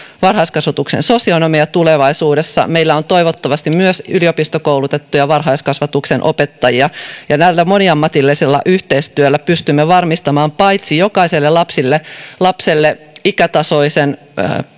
varhaiskasvatuksen sosionomeja tulevaisuudessa meillä on toivottavasti myös yliopistokoulutettuja varhaiskasvatuksen opettajia ja tällä moniammatillisella yhteistyöllä pystymme varmistamaan paitsi jokaiselle lapselle ikätasoisen